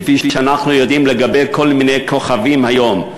כפי שאנחנו יודעים לגבי כל מיני כוכבים היום.